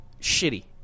shitty